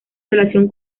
relación